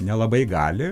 nelabai gali